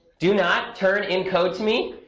do not turn in code to me,